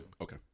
Okay